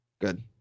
Good